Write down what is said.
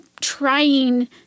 trying